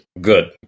Good